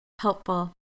helpful